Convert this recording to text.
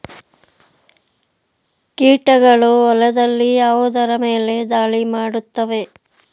ಕೀಟಗಳು ಹೊಲದಲ್ಲಿ ಯಾವುದರ ಮೇಲೆ ಧಾಳಿ ಮಾಡುತ್ತವೆ?